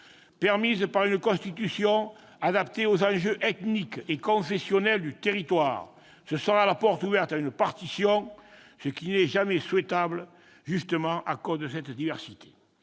permise par une Constitution adaptée aux enjeux ethniques et confessionnels du territoire, ce sera la porte ouverte à une partition, ce qui n'est jamais souhaitable, justement à cause de cette diversité.